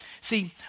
See